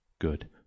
Good